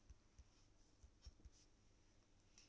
okay